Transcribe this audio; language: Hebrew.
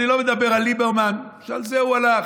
אני לא מדבר על ליברמן, שעל זה הוא הלך.